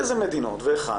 באיזה מדינות והיכן